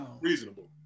reasonable